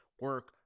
Work